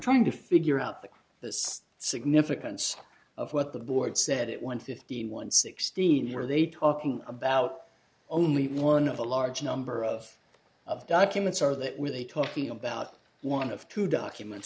trying to figure out the significance of what the board said it one fifteen one sixteen were they talking about only one of a large number of of documents are that were they talking about one of two documents